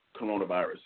coronavirus